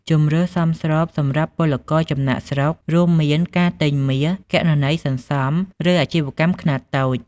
ជម្រើសសមស្របសម្រាប់ពលករចំណាកស្រុករួមមានការទិញមាស គណនីសន្សំ ឬអាជីវកម្មខ្នាតតូច។